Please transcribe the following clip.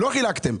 לא חילקתם.